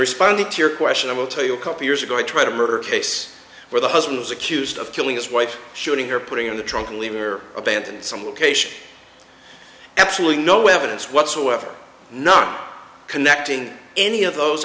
responding to your question i will tell you a couple years ago i tried a murder case where the husband was accused of killing his wife shooting her putting in the trunk and leave her abandoned some location absolutely no evidence whatsoever not connecting any of those